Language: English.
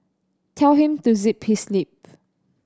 tell him to zip his lip